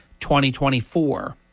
2024